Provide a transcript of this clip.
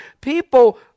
People